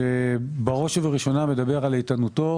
שבראש וראשונה מדבר על התנהלותו